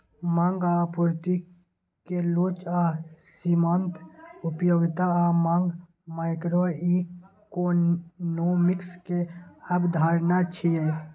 मांग आ आपूर्ति के लोच आ सीमांत उपयोगिता आ मांग माइक्रोइकोनोमिक्स के अवधारणा छियै